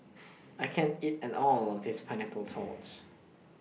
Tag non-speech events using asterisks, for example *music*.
I can't eat and All of This Pineapple *unintelligible* *noise*